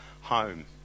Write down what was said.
home